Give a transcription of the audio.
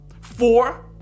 Four